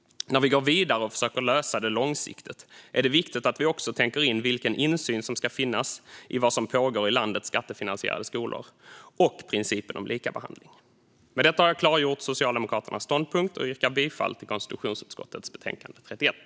När vi går vidare och försöker lösa det långsiktigt är det viktigt att vi också tänker in vilken insyn som ska finnas i vad som pågår i landets skattefinansierade skolor samt principen om likabehandling. Med detta har jag klargjort Socialdemokraternas ståndpunkt och yrkar bifall till konstitutionsutskottets betänkande 31.